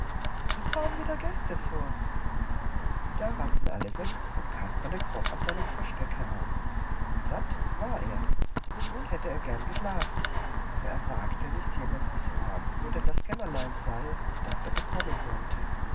es fahren wieder gäste vor da rannten alle weg und kasperle kroch aus seinem versteck heraus satt war er nun hätte er gern geschlafen aber er wagte nicht jemand zu fragen wo denn das kämmerlein sei das er bekommen sollte